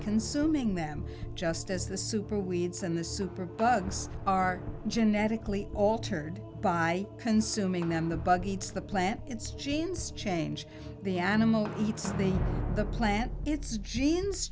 consuming them just as the super weeds and the super bugs are genetically altered by consuming them the bug eats the plant it's genes change the animal eats the the plant its genes